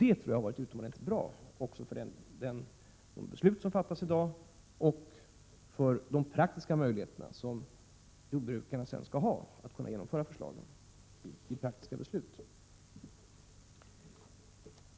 Det tror jag har varit utomordentligt bra för de beslut som nu skall fattas och för de praktiska möjligheter som jordbrukarna sedan skall ha att genomföra besluten i praktisk handling.